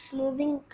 moving